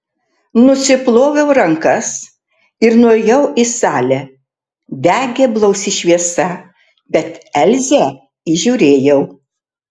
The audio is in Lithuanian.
nusiploviau rankas ir nuėjau į salę degė blausi šviesa bet elzę įžiūrėjau